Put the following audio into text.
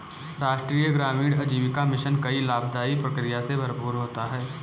राष्ट्रीय ग्रामीण आजीविका मिशन कई लाभदाई प्रक्रिया से भरपूर होता है